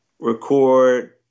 record